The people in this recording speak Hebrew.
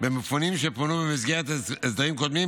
במפונים שפונו במסגרת הסדרים קודמים,